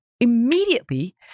immediately